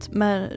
men